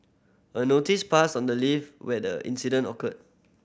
a notice pasted on the lift where the incident occurred